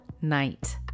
night